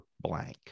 blank